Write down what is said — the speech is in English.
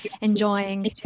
enjoying